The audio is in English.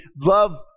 love